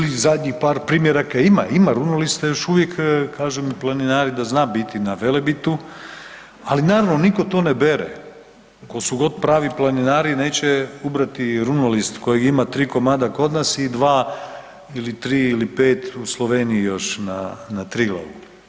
Ili zadnji par primjeraka, ima, ima runolista još uvijek, kažu mi planinari da zna biti na Velebitu, ali naravno, nitko to ne bere, tko su god pravi planinari, neće ubrati runolist kojeg ima 3 komada kod nas i 2 ili 3 ili 5 u Sloveniji još na Triglavu.